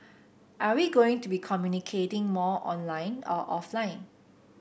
are we going to be communicating more online or offline